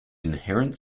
inherent